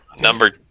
Number